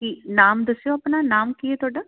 ਕੀ ਨਾਮ ਦੱਸਿਓ ਆਪਣਾ ਨਾਮ ਕੀ ਹੈ ਤੁਹਾਡਾ